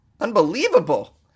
Unbelievable